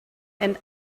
and